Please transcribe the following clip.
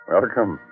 Welcome